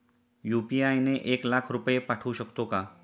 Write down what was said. UPI ने एक लाख रुपये पाठवू शकतो का?